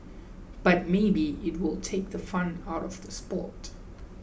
but maybe it will take the fun out of the sport